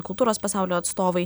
kultūros pasaulio atstovai